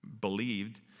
believed